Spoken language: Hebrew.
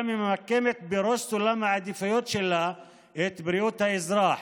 ממקמת בראש סולם העדיפויות שלה את בריאות האזרח,